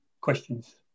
questions